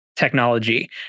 technology